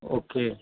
okay